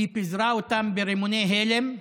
היא פיזרה אותם ברימוני הלם,